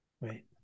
right